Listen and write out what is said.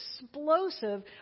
explosive